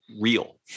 real